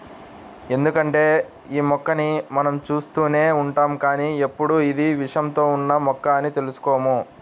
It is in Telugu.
ఎందుకంటే యీ మొక్కని మనం చూస్తూనే ఉంటాం కానీ ఎప్పుడూ ఇది విషంతో ఉన్న మొక్క అని అనుకోము